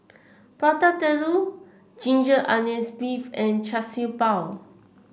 Prata Telur Ginger Onions beef and Char Siew Bao